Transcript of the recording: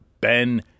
Ben